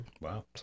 Wow